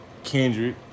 Kendrick